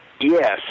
Yes